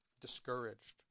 discouraged